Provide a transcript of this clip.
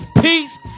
peace